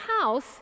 house